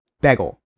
bagel